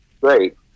great